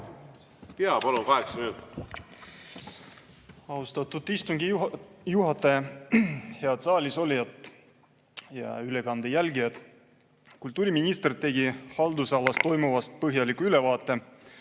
Austatud istungi juhataja! Head saalisolijad ja ülekande jälgijad! Kultuuriminister tegi oma haldusalas toimuvast põhjaliku ülevaate.